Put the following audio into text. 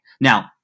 Now